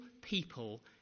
people